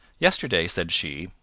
yesterday, said she,